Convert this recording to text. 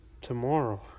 tomorrow